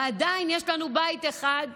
ועדיין יש לנו בית אחד.